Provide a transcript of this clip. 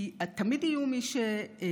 כי תמיד יהיו מי שילעגו,